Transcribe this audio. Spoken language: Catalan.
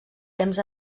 temps